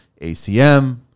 ACM